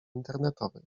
internetowej